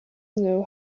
knew